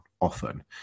often